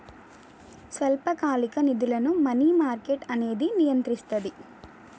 స్వల్పకాలిక నిధులను money market అనేది నియంత్రిస్తది